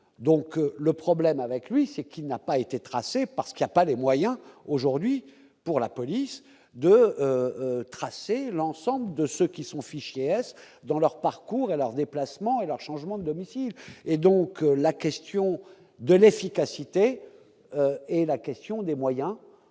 donc le problème avec lui, c'est qu'il n'a pas été tracées parce qu'il a pas les moyens aujourd'hui pour la police de tracer l'ensemble de ceux qui sont fichier S dans leur parcours et leurs déplacements et leur changement de domicile et donc la question de l'efficacité et la question des moyens